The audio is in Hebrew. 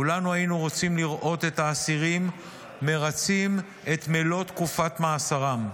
כולנו היינו רוצים לראות את האסירים מרצים את מלוא תקופת מאסרם,